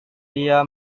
dia